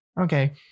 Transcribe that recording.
okay